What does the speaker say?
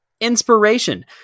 inspiration